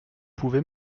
pouvez